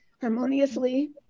harmoniously